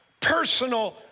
personal